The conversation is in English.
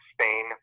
Spain